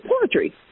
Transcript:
poetry